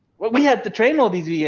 we have to train all these yeah